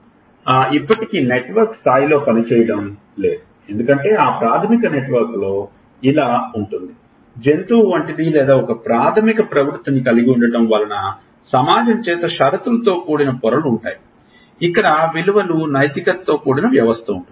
కాబట్టి ఈ కారణాల వల్ల మనం ఇప్పటికీ నెట్వర్క్ స్థాయిలో పనిచేయడం లేదు ఎందుకంటే ఆ ప్రాధమిక నెట్వర్క్లో ఇలా ఉంటుంది జంతువు వంటిది లేదా ఒక ప్రాధమిక ప్రవృత్తిని కలిగి ఉండటం వలన సమాజం చేత షరతులతో కూడిన పొరలు ఉన్నాయి ఇక్కడ విలువలు నైతికత తో కూడిన వ్యవస్థవుంది